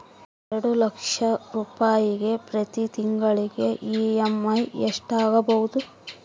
ಎರಡು ಲಕ್ಷ ರೂಪಾಯಿಗೆ ಪ್ರತಿ ತಿಂಗಳಿಗೆ ಇ.ಎಮ್.ಐ ಎಷ್ಟಾಗಬಹುದು?